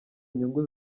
inyungu